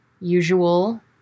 usual